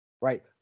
Right